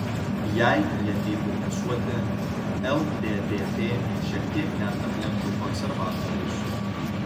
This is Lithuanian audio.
jei jie eitų balsuoti lddp šiek tiek net aplenktų konservatorius